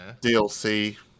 DLC